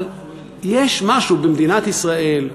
אבל יש משהו במדינת ישראל,